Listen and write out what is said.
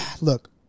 look